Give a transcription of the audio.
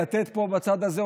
לתת פה בצד הזה,